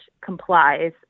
complies